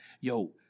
Yo